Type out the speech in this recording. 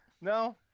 No